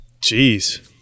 Jeez